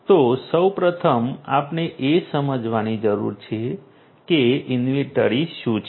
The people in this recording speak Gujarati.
તો સૌ પ્રથમ આપણે એ સમજવાની જરૂર છે કે ઇન્વેન્ટરી શું છે